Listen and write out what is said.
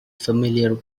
familiar